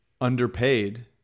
underpaid